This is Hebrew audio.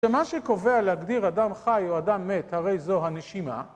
שמה שקובע להגדיר אדם חי או אדם מת, הרי זו הנשימה,